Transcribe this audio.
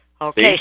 Okay